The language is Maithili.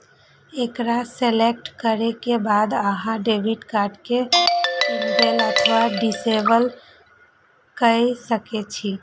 एकरा सेलेक्ट करै के बाद अहां डेबिट कार्ड कें इनेबल अथवा डिसेबल कए सकै छी